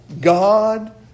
God